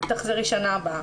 תחזרי בשנה הבאה'.